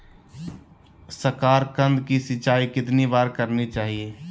साकारकंद की सिंचाई कितनी बार करनी चाहिए?